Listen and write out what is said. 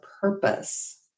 purpose